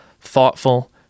thoughtful